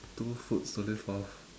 two foods to live off